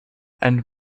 and